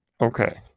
Okay